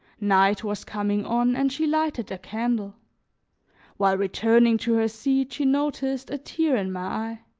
night was coming on and she lighted a candle while returning to her seat she noticed a tear in my eye.